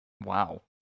Wow